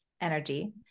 energy